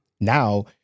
now